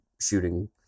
shooting